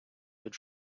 від